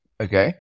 Okay